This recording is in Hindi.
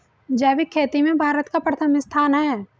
जैविक खेती में भारत का प्रथम स्थान है